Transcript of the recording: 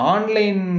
Online